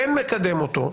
כן לקדם אותו?